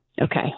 Okay